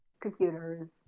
computers